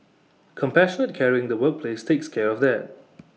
compassionate caring in the workplace takes care of that